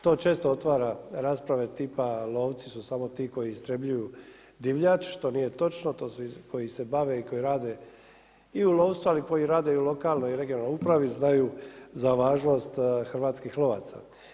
To često otvara rasprave tipa lovci su samo ti koji istrjebljuju divljač, što nije točno, to su koji se bave i koji rade i u lovstvu, ali i koji rade i lokalnoj i regionalnoj upravi, znaju za važnost hrvatskih lovaca.